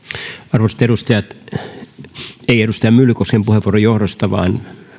arvoisat edustajat ei edustaja myllykosken vaan